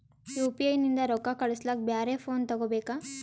UPI ನಿಂದ ರೊಕ್ಕ ಕಳಸ್ಲಕ ಬ್ಯಾರೆ ಫೋನ ತೋಗೊಬೇಕ?